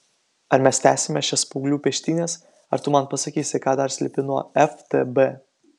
ar mes tęsime šias paauglių peštynes ar tu man pasakysi ką dar slepi nuo ftb